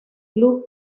club